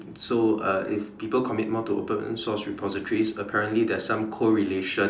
so uh if people commit more to open source repositories apparently there's some correlation